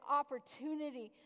opportunity